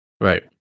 Right